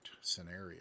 scenario